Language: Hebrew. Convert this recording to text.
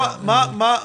בוא נגיד כך.